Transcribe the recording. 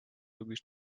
lubisz